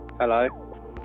Hello